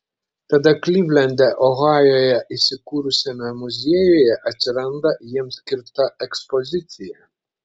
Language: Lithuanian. tada klivlande ohajuje įsikūrusiame muziejuje atsiranda jiems skirta ekspozicija